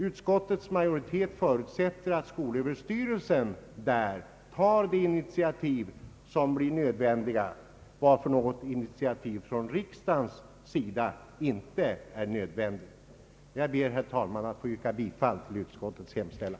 Utskottsmajoriteten förutsätter att skolöverstyrelsen tar de initiativ som blir erforderliga, varför något initiativ digt. Jag ber, herr talman, att få yrka bifall till utskottets hemställan.